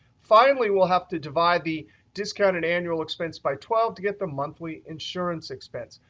finally, we'll have to divide the discounted annual expense by twelve to get the monthly insurance expense.